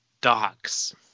Docs